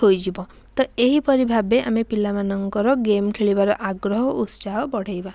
ହୋଇଯିବ ତ ଏହିପରି ଭାବେ ଆମେ ପିଲାମାନଙ୍କର ଗେମ୍ ଖେଳିବାର ଆଗ୍ରହ ଉତ୍ସାହ ବଢାଇବା